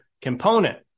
component